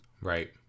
Right